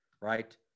right